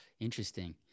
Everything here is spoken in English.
Interesting